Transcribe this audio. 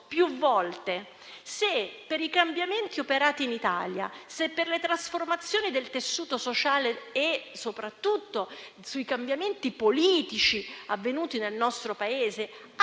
più volte se per i cambiamenti operati in Italia, se per le trasformazioni del tessuto sociale e soprattutto per i cambiamenti politici avvenuti nel nostro Paese,